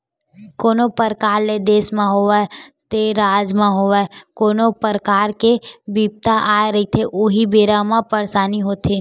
कोनो परकार ले देस म होवय ते राज म होवय कोनो परकार के बिपदा आए रहिथे उही बेरा म परसानी होथे